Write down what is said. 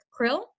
krill